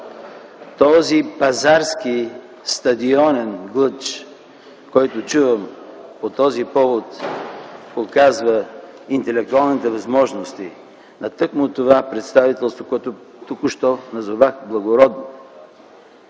Този пазарски, стадионен глъч, който чувам по този повод, показва интелектуалните възможности на тъкмо това представителство, което току-що назовах благородно.